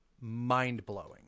mind-blowing